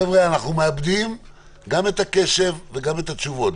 חבר'ה, אנחנו מאבדים גם את הקשב וגם את התשובות.